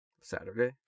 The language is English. Saturday